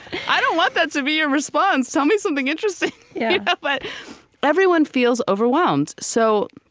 i don't want that to be your response. tell me something interesting. yeah but but everyone feels overwhelmed. so,